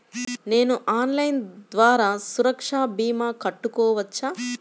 నేను ఆన్లైన్ ద్వారా సురక్ష భీమా కట్టుకోవచ్చా?